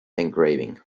engraving